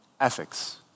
ethics